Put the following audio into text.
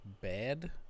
bad